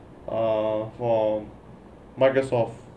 ah for Microsoft